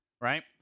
Right